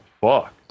fuck